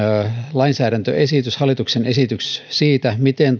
lainsäädäntöesitys hallituksen esitys siitä miten